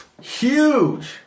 huge